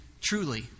truly